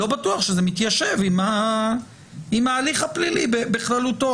לא בטוח שזה מתיישב עם ההליך הפלילי בכללותו.